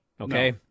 okay